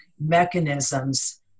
mechanisms